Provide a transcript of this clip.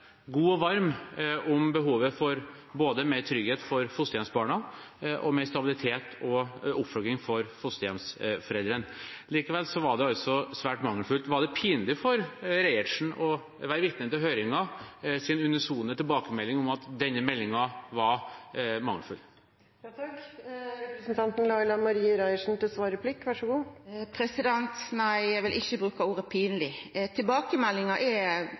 god og varm om behovet for både mer trygghet for fosterhjemsbarna og mer stabilitet og oppfølging for fosterhjemsforeldrene. Likevel var den altså svært mangelfullt. Var det pinlig for representanten Reiertsen å være vitne til høringens unisone tilbakemelding om at denne meldingen var mangelfull? Nei, eg vil ikkje bruka ordet